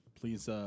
Please